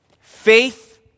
Faith